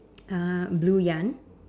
uh blue yarn